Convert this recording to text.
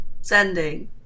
sending